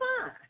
fine